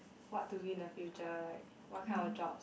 what to win a future like what kind of jobs